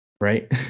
Right